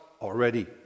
already